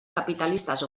capitalistes